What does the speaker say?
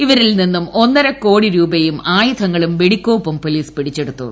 ഇവരിൽ നിന്നും ഒന്നരകോടി രൂപയും ആയുധങ്ങളും വെടിക്കോപ്പുകളും പോലീസ് പിടിച്ചെടുത്തു